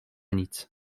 nic